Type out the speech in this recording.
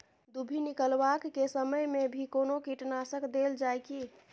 दुभी निकलबाक के समय मे भी कोनो कीटनाशक देल जाय की?